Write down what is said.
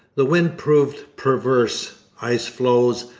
the wind proved perverse. icefloes,